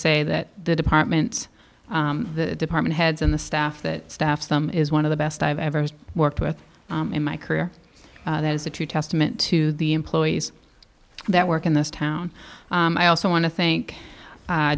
say that the department the department heads and the staff that staffs them is one of the best i've ever worked with in my career that is a true testament to the employees that work in this town i also want to think